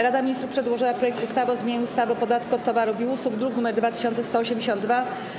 Rada Ministrów przedłożyła projekt ustawy o zmianie ustawy o podatku od towarów i usług, druk nr 2182.